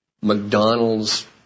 McDonald's